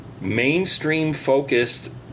mainstream-focused